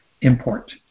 import